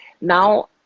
Now